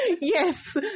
Yes